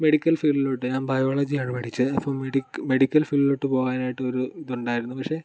medical ഫീൽഡിലോട്ട് ഞാൻ ബയോളജിയാണ് പഠിച്ചത് അപ്പം മെഡി മെഡിക്കൽ ഫീൽഡിലോട്ട് പോകാൻ ആയിട്ടൊരു ഇത് ഉണ്ടായിരുന്നു പക്ഷേ